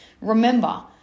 Remember